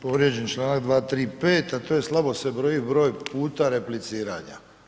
Povrijeđen čl. 235., a to je slabo se broji broj puta repliciranja.